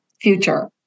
future